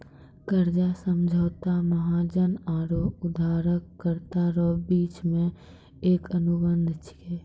कर्जा समझौता महाजन आरो उदारकरता रो बिच मे एक अनुबंध छिकै